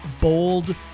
bold